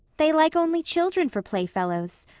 they like only children for playfellows.